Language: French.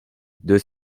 deux